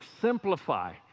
Simplify